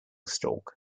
stalk